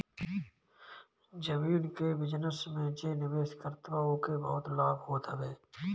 जमीन के बिजनस में जे निवेश करत बा ओके बहुते लाभ होत हवे